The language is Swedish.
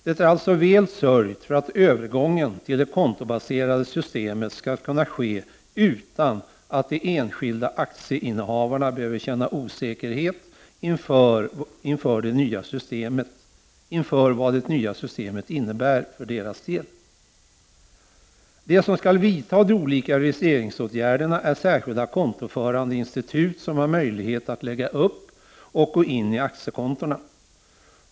Det är alltså väl sörjt för att övergången till det kontobaserade systemet skall kunna ske utan att de enskilda aktieinnehavarna behöver känna osäkerhet inför vad det nya systemet innebär för deras del. De som skall vidta de olika registreringsåtgärderna är särskilda kontoförande institut som har möjlighet att lägga upp och gå in i aktiekontona.